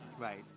right